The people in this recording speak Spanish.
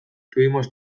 tuvimos